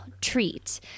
treat